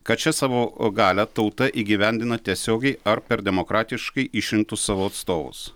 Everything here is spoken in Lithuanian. kad šią savo galią tauta įgyvendina tiesiogiai ar per demokratiškai išrinktus savo atstovus